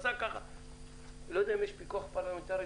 אני לא יודע אם יש פיקוח פרלמנטרי.